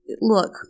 Look